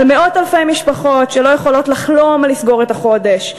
על מאות-אלפי משפחות שלא יכולות לחלום על לסגור את החודש.